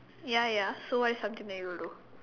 ya ya so what is something that you will do